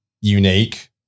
unique